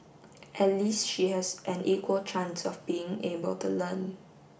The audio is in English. at least she has an equal chance of being able to learn